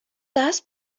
دست